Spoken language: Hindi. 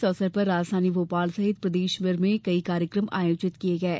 इस अवसर पर राजधानी भोपाल सहित प्रदेश भर में भी कई कार्यक्रम आयोजित किये गये